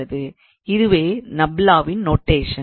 இதுவே நப்லாவின் நொட்டேஷன்